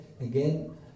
again